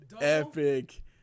epic